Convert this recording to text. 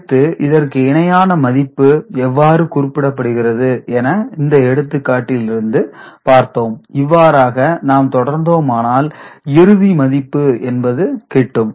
அடுத்து இதற்கு இணையான மதிப்பு எவ்வாறு குறிப்பிடப்படுகிறது என இந்த எடுத்துக்காட்டில் இருந்து பார்த்தோம் இவ்வாறாக நாம் தொடர்ந்தோமானால் இறுதி மதிப்பு என்பது கிட்டும்